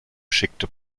schickte